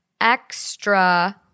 extra